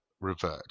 revert